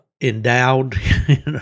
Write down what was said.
endowed